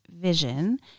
vision